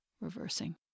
reversing